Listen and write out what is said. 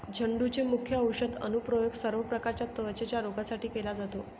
झेंडूचे मुख्य औषधी अनुप्रयोग सर्व प्रकारच्या त्वचेच्या रोगांसाठी केला जातो